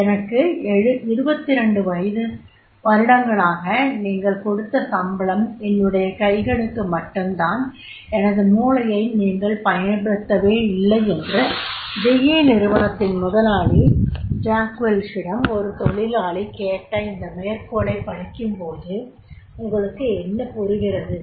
"எனக்கு 25 வருடங்களாக நீங்கள் கொடுத்த சம்பளம் என்னுடைய கைகளுக்கு மட்டும்தான் எனது மூளையை நீங்கள் பயன்படுத்தவே இல்லை" என்று GE நிறுவனத்தின் முதலாளி ஜாக் வெல்ஷ் - இடம் ஒரு தொழிலாளி கேட்ட இந்த மேற்கோளைப் படிக்கும்போது உங்களுக்கு என்ன புரிகிறது